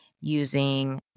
using